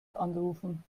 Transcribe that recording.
anrufen